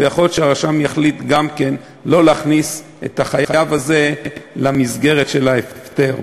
ויכול להיות שהרשם יחליט שלא להכניס את החייב הזה למסגרת של ההפטר.